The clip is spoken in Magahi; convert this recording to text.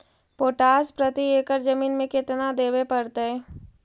पोटास प्रति एकड़ जमीन में केतना देबे पड़तै?